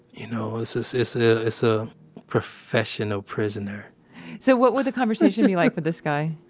you know, it's, it's, it's ah it's a professional prisoner so, what would the conversation be like with this guy?